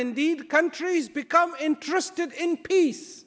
indeed countries become interested in peace